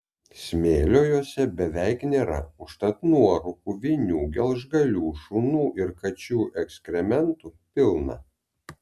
smėlio jose beveik nėra užtat nuorūkų vinių gelžgalių šunų ir kačių ekskrementų pilna